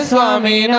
Swami